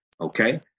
okay